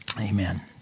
Amen